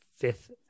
fifth